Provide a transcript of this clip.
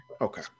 okay